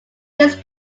his